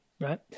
right